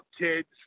kids